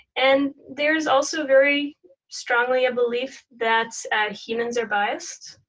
and there is also very strongly a belief that humans are biased,